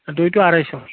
দুইটো আঢ়ৈশ